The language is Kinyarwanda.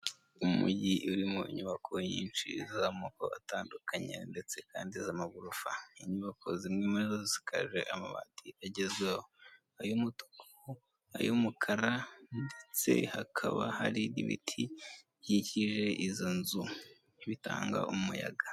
Umujyi urimo nyubako nyinshi z'amoko, atandukanye ndetse kandi z'amagorofa, inyubako zimwe murizo zisakaje amabati agezweho, ay'umutuku, ay'umukara, ndetse hakaba hari ibiti bikikije izo nzu bitanga umuyaga.